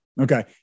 Okay